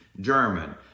German